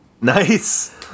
nice